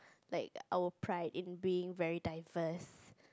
like our pride in being very diverse